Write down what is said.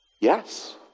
yes